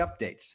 updates